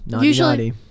usually